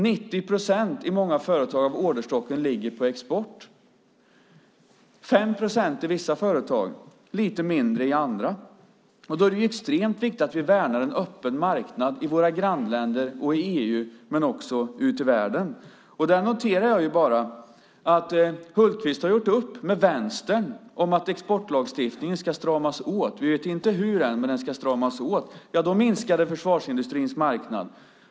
90 procent av orderstocken i många företag ligger på export, 5 procent i vissa företag, lite mindre i andra. Då är det extremt viktigt att vi värnar en öppen marknad i våra grannländer och i EU men också ute i världen. Jag noterar att Hultqvist har gjort upp med Vänstern om att exportlagstiftningen ska stramas åt. Vi vet inte hur än, men den ska stramas åt. Men då minskar försvarsindustrins marknad.